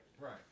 Right